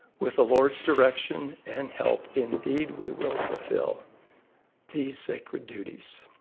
with the lord's direction and help, indeed we will fulfill these sacred duties.